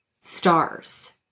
stars